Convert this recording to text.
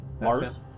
Mars